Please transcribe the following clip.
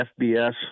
fbs